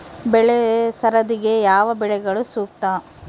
ಬೆಳೆ ಸರದಿಗೆ ಯಾವ ಬೆಳೆಗಳು ಸೂಕ್ತ?